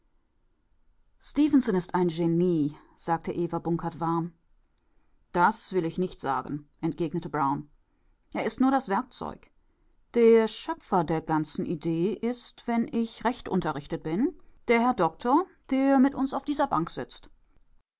ist ein genie sagte eva bunkert warm das will ich nicht sagen entgegnete brown er ist nur das werkzeug der schöpfer der ganzen idee ist wenn ich recht unterrichtet bin der herr doktor der mit uns auf dieser bank sitzt